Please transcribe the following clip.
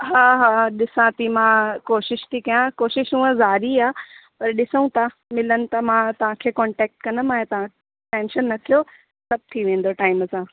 हा हा ॾिसां थी मां कोशिशि थी कयां कोशिशि हूंअं जारी आहे पर ॾिसूं था मिलनि त मां तव्हांखे कोंटेक्ट कंदमि ऐं तव्हां टेंशन न कयो सभु थी वेंदो टाइम सां